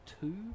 two